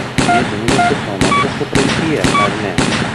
jie dingo su chronografu praeityje ar ne